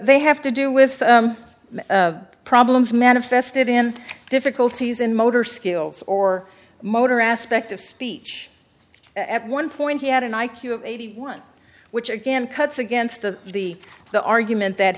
have to do with problems manifested in difficulties in motor skills or motor aspect of speech at one point he had an i q of eighty one which again cuts against the the the argument that